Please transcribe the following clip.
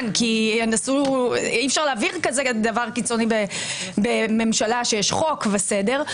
כי אי אפשר להעביר דבר קיצוני כזה בממשלה שיש חוק וסדר.